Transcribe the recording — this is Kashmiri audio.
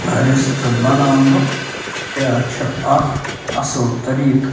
رِستہٕ بناونُک کیٛاہ چھُ اکھ اصل طریٖق